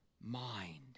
mind